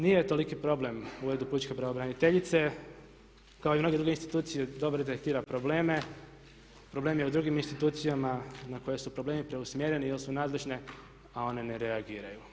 Nije toliki problem u uredu pučke pravobraniteljice kao i mnoge dvije institucije dobro dirigira probleme, problem je u drugim institucijama na koje su problemi preusmjereni jer su nadležne a one ne reagiraju.